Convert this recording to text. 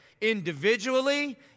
individually